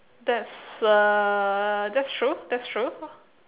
that's uh that's true that's true